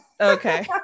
Okay